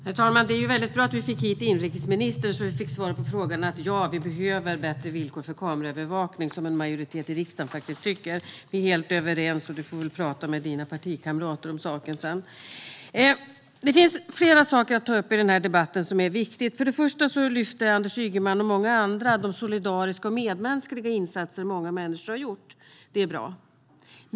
Herr talman! Det är bra att vi fick hit inrikesministern så att vi fick svaret ja på frågan om vi behöver bättre villkor för kameraövervakning, som en majoritet i riksdagen faktiskt tycker. Vi är helt överens, och du får väl tala med dina partikamrater om saken sedan, inrikesministern. Det finns flera viktiga saker att ta upp i den här debatten. Den första är att Anders Ygeman och många andra lyfter fram de solidariska och medmänskliga insatser som många människor har gjort. Det är bra.